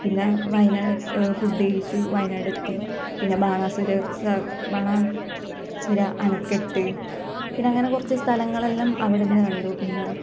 പിന്നെ വയനാട് എത്ത് ഫുഡ് കഴിച്ചു വയനാട് എത്തി പിന്നെ ബാണാസുര സാഗ ബാണാസുര അണക്കെട്ട് പിന്നെ അങ്ങനെ കുറച്ച് സ്ഥലങ്ങള് എല്ലാം അവിടെനിന്ന് കണ്ടു പിന്നെ